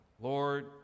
Lord